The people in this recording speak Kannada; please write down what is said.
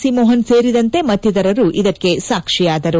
ಸಿ ಮೋಹನ್ ಸೇರಿದಂತೆ ಮತ್ತಿತರರು ಇದಕ್ಕೆ ಸಾಕ್ಷಿಯಾದರು